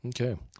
Okay